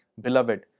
Beloved